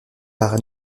par